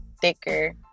thicker